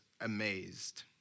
amazed